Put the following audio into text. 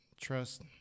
trust